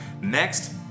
Next